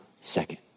second